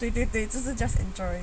对对对这是 just enjoy